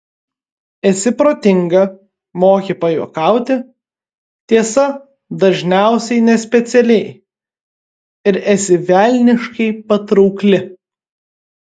esi protinga moki pajuokauti tiesa dažniausiai nespecialiai ir esi velniškai patraukli